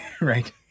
right